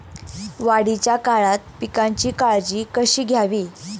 वाढीच्या काळात पिकांची काळजी कशी घ्यावी?